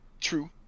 True